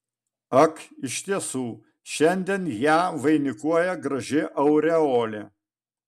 ak iš tiesų šiandien ją vainikuoja graži aureolė